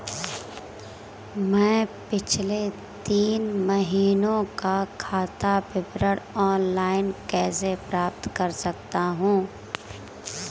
मैं पिछले तीन महीनों का खाता विवरण ऑनलाइन कैसे प्राप्त कर सकता हूं?